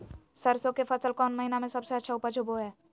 सरसों के फसल कौन महीना में सबसे अच्छा उपज होबो हय?